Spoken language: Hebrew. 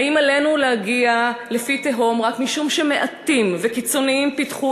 האם עלינו להגיע לפי תהום רק משום שמעטים וקיצוניים פיתחו